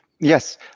Yes